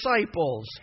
disciples